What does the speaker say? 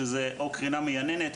שזה קרינה מייננת,